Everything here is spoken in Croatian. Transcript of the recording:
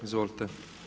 Izvolite.